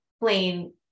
plain